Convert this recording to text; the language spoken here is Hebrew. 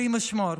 אלוהים ישמור.